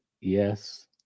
Yes